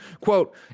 quote